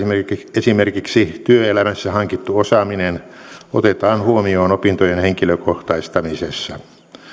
esimerkiksi työelämässä hankittu osaaminen otetaan huomioon opintojen henkilökohtaistamisessa